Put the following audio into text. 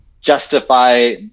justify